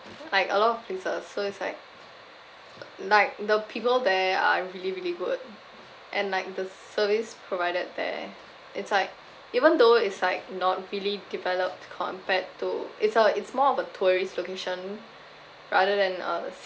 like a lot of places so it's like like the people there are really really good and like the service provided there it's like even though is like not really developed compared to its a it's more of a tourist location rather than a